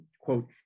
quote